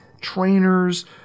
trainers